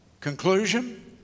Conclusion